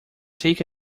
take